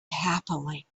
happily